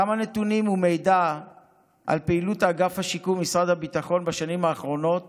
כמה נתונים ומידע על פעילות אגף השיקום במשרד הביטחון בשנים האחרונות